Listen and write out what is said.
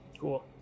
Cool